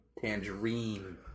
Tangerine